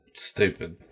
stupid